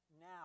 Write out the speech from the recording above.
Now